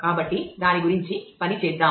కాబట్టి దాని గురించి పని చేద్దాం